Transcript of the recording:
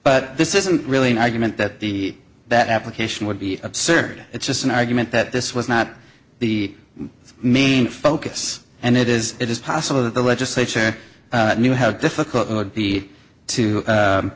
but this isn't really an argument that the that application would be absurd it's just an argument that this was not the main focus and it is it is possible that the legislature knew how difficult it would be to